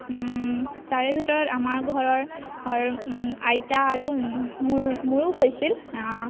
তাৰে ভিতৰত আমাৰ ঘৰৰ আইতা আৰু মোৰ মোৰো হৈছিল